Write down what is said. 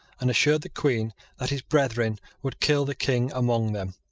and assured the queen that his brethren would kill the king among them.